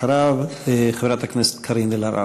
אחריו, חברת הכנסת קארין אלהרר.